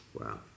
Wow